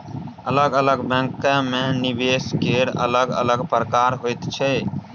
अलग अलग बैंकमे निवेश केर अलग अलग प्रकार होइत छै